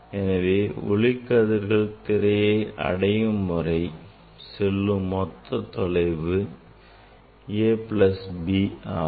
எனவே ஒளிக்கதிர்கள் திரையை அடையும் வரை செல்லும் மொத்த தொலைவு a plus b ஆகும்